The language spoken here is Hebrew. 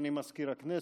אדוני מזכיר הכנסת,